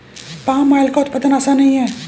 palm oil का उत्पादन आसान नहीं है